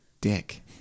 dick